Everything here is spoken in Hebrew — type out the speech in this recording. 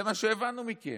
זה מה שהבנו מכם.